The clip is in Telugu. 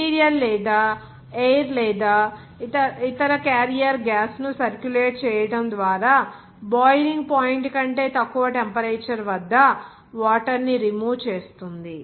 మెటీరియల్ మీద ఎయిర్ లేదా ఇతర క్యారియర్ గ్యాస్ ను సర్క్యులేట్ చేయటం ద్వారా బాయిలింగ్ పాయింట్ కంటే తక్కువ టెంపరేచర్ వద్ద వాటర్ ని రిమూవ్ చేస్తుంది